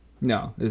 no